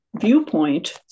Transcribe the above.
viewpoint